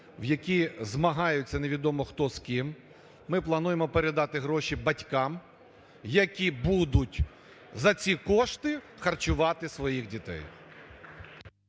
в яких змагаються невідомо хто з ким, ми плануємо передати гроші батькам, які будуть за ці кошти харчувати своїх дітей.